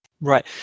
right